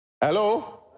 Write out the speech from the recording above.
Hello